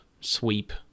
sweep